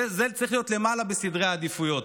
זה צריך להיות למעלה בסדרי העדיפויות.